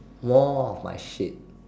more of my shit